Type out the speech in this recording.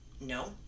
No